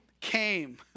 came